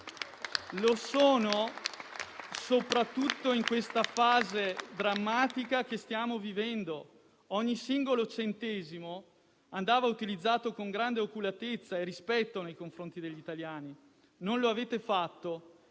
Lo sono soprattutto in questa fase drammatica che stiamo vivendo. Ogni singolo centesimo andava utilizzato con grande oculatezza e rispetto nei confronti degli italiani. Non lo avete fatto